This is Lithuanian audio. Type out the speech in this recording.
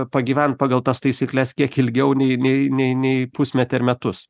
pagyvent pagal tas taisykles kiek ilgiau nei nei nei nei pusmetį ar metus